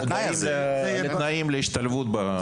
אלה תנאים להשתלבות במקצוע.